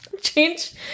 Change